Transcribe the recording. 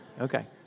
Okay